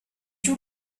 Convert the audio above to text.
you